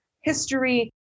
history